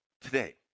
today